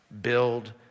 Build